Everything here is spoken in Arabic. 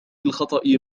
الخطأ